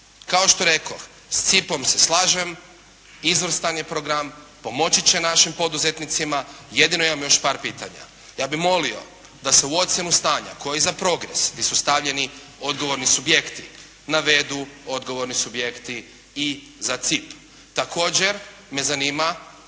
Kao što rekoh, s CIP-om se slažem, izvrstan je program, pomoći će našim poduzetnicima, jedino imam još par pitanja. Ja bih molio da se u ocjenu stanja kao i za PROGRESS gdje su stavljeni odgovorni subjekti, navedu odgovorni subjekti i za CIP. Također me zanima